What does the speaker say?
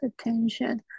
attention